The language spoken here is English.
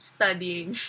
Studying